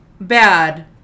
bad